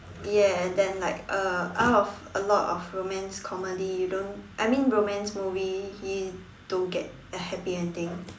ya and then like uh out of a lot of romance comedy you don't I mean romance movie you don't get a happy ending